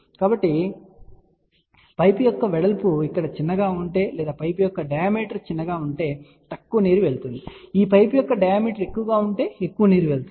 కాబట్టి పైపు యొక్క వెడల్పు ఇక్కడ చిన్నగా ఉంటే లేదా పైపు యొక్క డయామీటర్ చిన్నగా ఉంటే తక్కువ నీరు వెళ్తుంది ఈ పైపు యొక్క డయామీటర్ ఎక్కువగా ఉంటే ఎక్కువ నీరు వెళ్తుంది